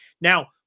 Now